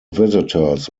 visitors